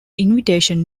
invitation